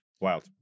wild